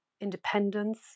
independence